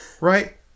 right